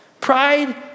Pride